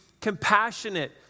compassionate